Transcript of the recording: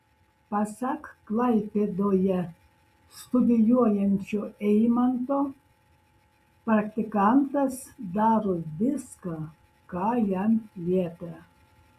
pasak klaipėdoje studijuojančio eimanto praktikantas daro viską ką jam liepia